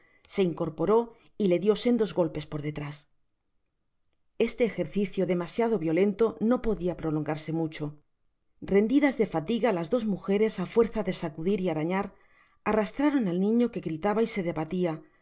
se incorporó y le dió sendos golpes por detrás este ejercicio demasiado violento no podia prolongarse mucho rendidas de fatiga las dos mugeres á fuerza de sacudir y arañar arrastraron al niño que gritaba y se debatia